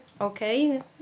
okay